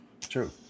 True